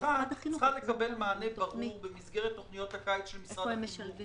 אחת צריכה לקבל מענה ברור במסגרת תכניות הקיץ של משרד החינוך,